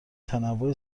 تنوع